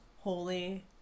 Holy